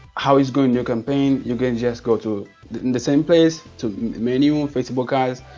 how it's going your campaign you can just go to in the same place to menu and facebook ads,